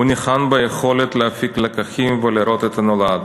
הוא ניחן ביכולת להפיק לקחים ולראות את הנולד.